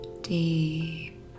deep